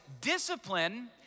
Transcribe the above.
Discipline